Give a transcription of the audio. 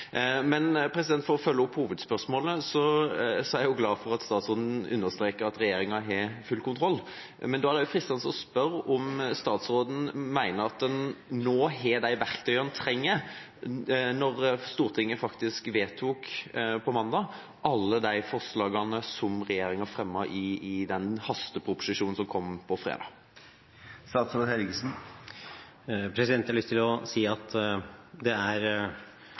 For å følge opp hovedspørsmålet: Jeg er glad for at statsråden understreker at regjeringa har full kontroll, men da er det også fristende å spørre om statsråden mener at en nå har de verktøy en trenger, når Stortinget vedtok mandag alle de forslagene som regjeringa fremmet i den hasteproposisjonen som kom fredag. Jeg har lyst til å si at det er